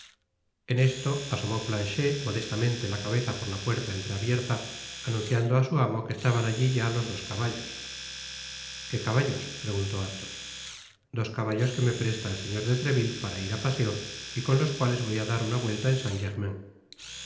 en esto asomó planchet modestamente la cabeza por la puerta entreabierta anunciando ásu amo que estaban alli ya los dos caballos qué caballos preguntó athos dos caballos que me presta el señor de treville para ir á paseo y con los cuales voy á dar una vuelta en saint-germain